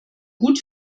gut